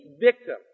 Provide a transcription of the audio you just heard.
victim